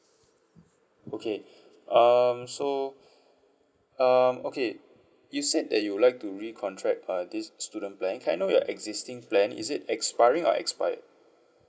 okay um so uh okay you said that you'll like to re-contract uh this student plan can I know your existing plan is it expiring or expired